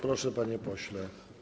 Proszę, panie pośle.